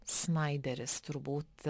snaideris turbūt